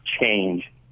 change